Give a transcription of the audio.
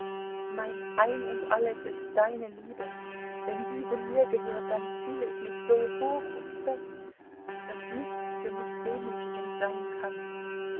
mein ein und alles ist deine liebe wenn diese mir gehört dann fühle ich mich so hoch und fest daß nichts für mich demütigend sein kann